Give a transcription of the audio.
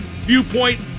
Viewpoint